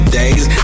days